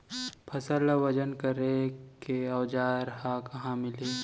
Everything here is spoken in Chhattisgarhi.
फसल ला वजन करे के औज़ार हा कहाँ मिलही?